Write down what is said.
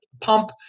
pump